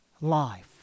life